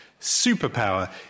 superpower